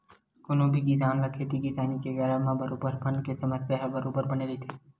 कोनो भी किसान ल खेती किसानी के करब म बरोबर बन के समस्या ह बरोबर बने रहिथे ही